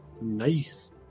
Nice